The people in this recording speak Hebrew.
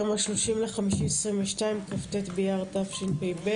היום ה-30.5.22, כ"ט באייר תשפ"ב.